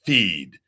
Feed